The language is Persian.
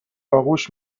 آغوش